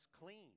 clean